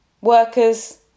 workers